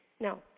No